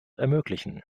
ermöglichen